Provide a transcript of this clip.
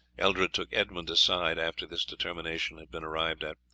eldred took edmund aside after this determination had been arrived at.